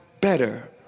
better